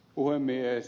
puhemies